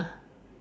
ah